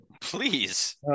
Please